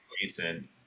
decent